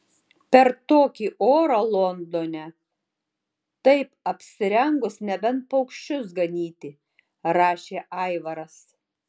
per tokį orą londone taip apsirengus nebent paukščius ganyti rašė aivaras